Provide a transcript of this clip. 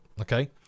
Okay